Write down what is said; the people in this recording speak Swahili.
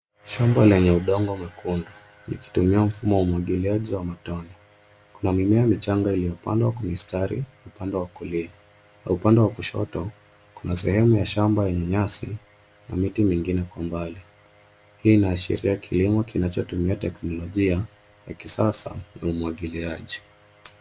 Shamba lenye udongo mwekundu likitumia mfumo wa umwagiliaji wa matone. Kuna mimea michanga iliyopandwa kwa mistari upande wa kulia na upande wa kushoto kuna sehemu ya shamba yenye nyasi na miti mingine kwa mbali. Hii inaashiria kilimo kinachotumia teknolojia ya kisasa ya umwagiliaji.